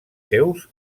seus